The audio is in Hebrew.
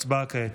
הצבעה כעת.